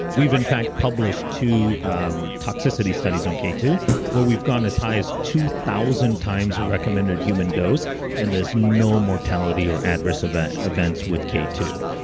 we've in fact published two um toxicity studies on k two where we've gone as high as two thousand times recommended human dose and there's no mortality or adverse event event with k two.